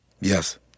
Yes